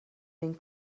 den